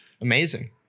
amazing